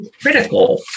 critical